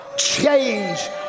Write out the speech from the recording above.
change